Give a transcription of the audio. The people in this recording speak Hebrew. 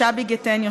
שבי גטניו,